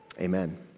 Amen